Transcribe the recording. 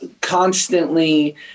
constantly